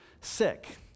sick